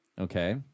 Okay